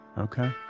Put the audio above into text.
Okay